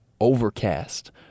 Overcast